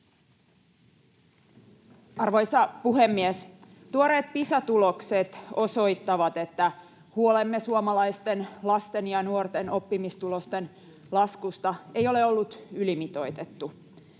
Arvoisa puhemies! Tuoreet Pisa-tulokset osoittavat, että huolemme suomalaisten lasten ja nuorten oppimistulosten laskusta ei ole ollut ylimitoitettu.